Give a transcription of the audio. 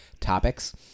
topics